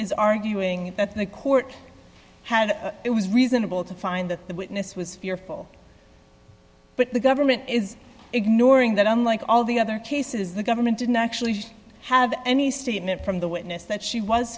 is arguing that the court hand it was reasonable to find that the witness was fearful but the government is ignoring that unlike all the other cases the government didn't actually have any statement from the witness that she was